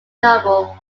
novel